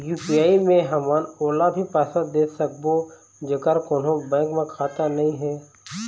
UPI मे हमन ओला भी पैसा दे सकबो जेकर कोन्हो बैंक म खाता नई हे?